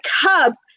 Cubs